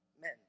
men